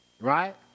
Right